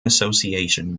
association